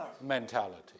mentality